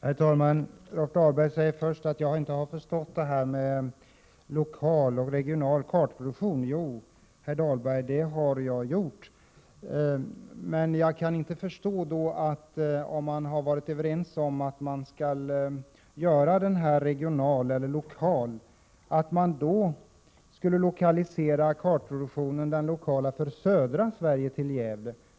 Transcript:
Herr talman! Rolf Dahlberg säger först att jag inte har förstått vad lokal och regional kartproduktion innebär. Jo, herr Dahlberg, det har jag gjort. Men om man har varit överens om att man skall göra kartproduktion regional eller lokal kan jag inte förstå att man skall lokalisera den lokala kartproduktionen för södra Sverige till Gävle.